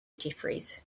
jeffries